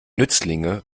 nützlinge